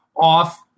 off